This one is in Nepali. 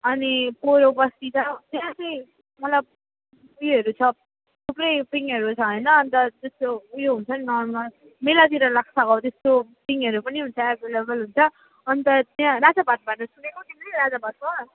अनि पुरा ऊ यो बस्ती छ त्यहाँ चाहिँ मतलब ऊ योहरू छ थुप्रै पिङहरू छ हैन अनि त त्यस्तो ऊ यो हुन्छ मेलातिर लाग्छ अब त्यस्तो पिङहरू पनि हुन्छ एभेलेबल हुन्छ अनि त त्यहाँ राजाभातखावा भन्ने सुनेको तिमीले राजाभातखावा